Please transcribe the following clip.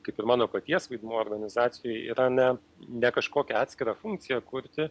kaip ir mano paties vaidmuo organizacijoje yra ne ne kažkokią atskirą funkciją kurti